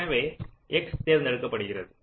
எனவே x தேர்ந்தெடுக்கப்படுகிறது